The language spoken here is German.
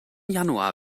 januar